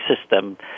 system